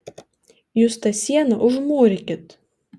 jūs tą sieną užmūrykit